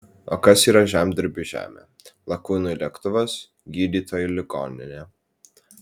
o kas yra žemdirbiui žemė lakūnui lėktuvas gydytojui ligoninė